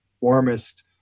warmest